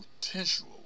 potential